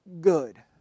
good